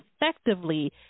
effectively